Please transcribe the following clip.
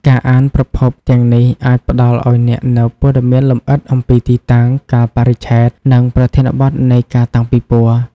ការអានប្រភពទាំងនេះអាចផ្តល់ឲ្យអ្នកនូវព័ត៌មានលម្អិតអំពីទីតាំង កាលបរិច្ឆេទ និងប្រធានបទនៃការតាំងពិពណ៌។